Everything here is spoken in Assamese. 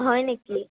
হয় নেকি